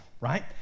right